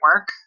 work